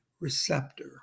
receptor